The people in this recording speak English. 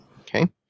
Okay